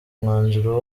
umwanzuro